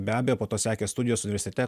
be abejo po to sekė studijos universitete